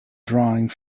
drawing